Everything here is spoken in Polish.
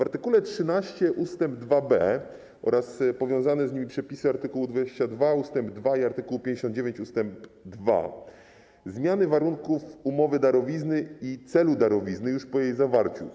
Art. 13 ust. 2b oraz powiązane z nimi przepisy art. 22 ust. 2 i art. 59 ust. 2 odnoszą się do zmiany warunków umowy darowizny i celu darowizny już po jej zawarciu.